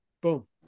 Boom